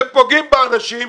אתם פוגעים באנשים,